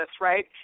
right